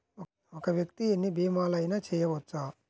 ఒక్క వ్యక్తి ఎన్ని భీమలయినా చేయవచ్చా?